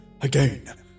Again